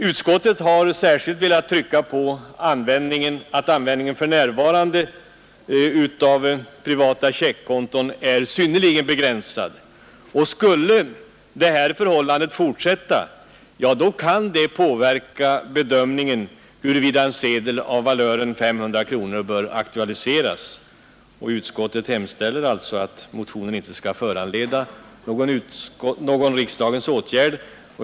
Utskottet har särskilt velat understryka att användningen av privata checkkonton för närvarande är synnerligen begränsad. Skulle detta förhållande fortsätta kan det påverka bedömningen av frågan huruvida en sedel av valören 500 kronor bör aktualiseras. Utskottet hemställer alltså att motionen inte skall föranleda någon riksdagens åtgärd.